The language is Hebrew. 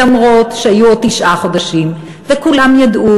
ואף שהיו עוד תשעה חודשים וכולם ידעו